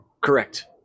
Correct